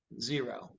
Zero